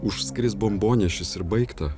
užskris bombonešis ir baigta